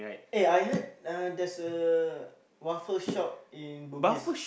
eh I heard uh there's a waffle shop in bugis